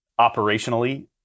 operationally